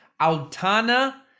Altana